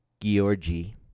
Giorgi